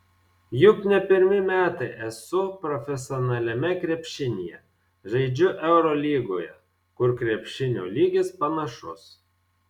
juk ne pirmi metai esu profesionaliame krepšinyje žaidžiu eurolygoje kur krepšinio lygis panašus